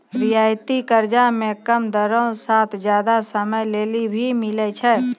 रियायती कर्जा मे कम दरो साथ जादा समय लेली भी मिलै छै